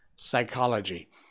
psychology